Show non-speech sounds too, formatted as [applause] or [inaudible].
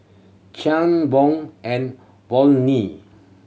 [unintelligible] Von and Volney